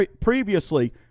previously